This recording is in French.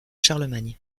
charlemagne